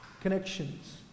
connections